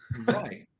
Right